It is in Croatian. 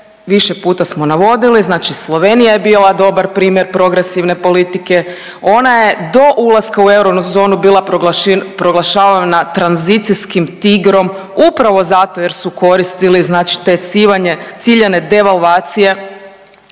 više puta smo navodili, znači Slovenija je bila dobar primjer progresivne politike, ona je do ulaska u eurozonu bila proglašavana tranzicijskim tigrom upravo zato jer su koristili znači te ciljane devalvacije